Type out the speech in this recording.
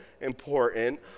important